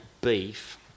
beef